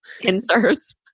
inserts